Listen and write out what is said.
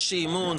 יש תקציב,